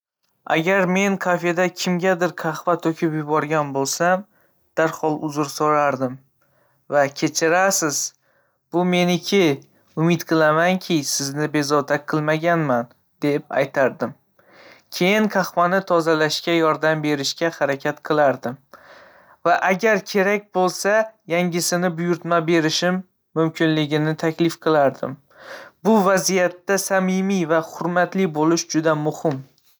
Agar men kafeda kimgadir qahva to'kib yuborgan bo'lsam, darhol uzr so'rardim va. Kechirasiz, bu meniki, umid qilamanki, sizni bezovta qilmaganman, deb aytardim. Keyin qahvani tozalashga yordam berishga harakat qilardim va agar kerak bo'lsa, yangisini buyurtma berishim mumkinligini taklif qilardim. Bu vaziyatda samimiy va hurmatli bo'lish juda muhim.